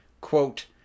quote